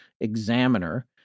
examiner